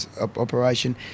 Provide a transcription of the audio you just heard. operation